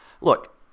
Look